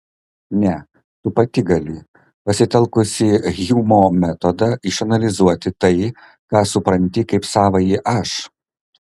ne tu pati gali pasitelkusi hjumo metodą išanalizuoti tai ką supranti kaip savąjį aš